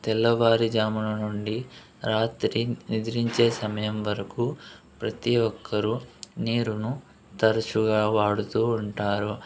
తెల్లవారి జామున నుండి రాత్రి నిద్రించే సమయం వరకు ప్రతి ఒక్కరూ నీరును తరచుగా వాడుతూ ఉంటారు